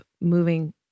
moving